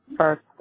first